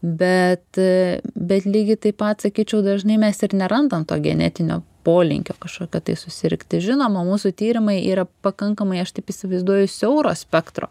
bet bet lygiai taip pat sakyčiau dažnai mes ir nerandam to genetinio polinkio kažkokio tai susirgti žinoma mūsų tyrimai yra pakankamai aš taip įsivaizduoju siauro spektro